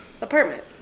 apartment